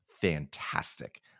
fantastic